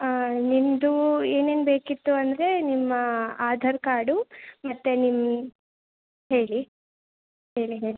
ಹಾಂ ನಿಮ್ದು ಏನೇನು ಬೇಕಿತ್ತು ಅಂದರೆ ನಿಮ್ಮ ಆಧಾರ್ ಕಾರ್ಡು ಮತ್ತು ನಿಮ್ಮ ಹೇಳಿ ಹೇಳಿ ಹೇಳಿ